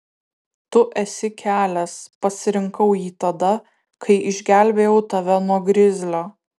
tu esi kelias pasirinkau jį tada kai išgelbėjau tave nuo grizlio